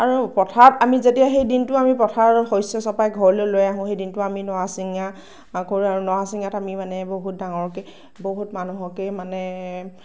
আৰু পথাৰত আমি যেতিয়া সেই দিনটো আমি পথাৰত শস্য চপাই ঘৰলৈ লৈ আহোঁ সেই দিনতো আমি নৰা ছিঙা কৰোঁ আৰু নৰা ছিঙাত আমি মানে বহুত ডাঙৰকৈ বহুত মানুহকেই মানে